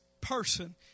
person